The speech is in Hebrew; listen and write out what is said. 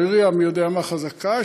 לא עירייה מי-יודע-מה חזקה,